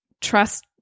trust